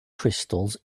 crystals